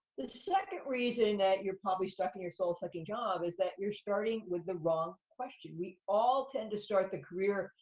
the second reason that you're probably stuck at your soul-sucking job is that you're starting with the wrong question. we all tend to start the career,